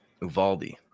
Uvaldi